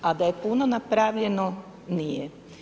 A da je puno napravljeno nije.